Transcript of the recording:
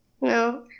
No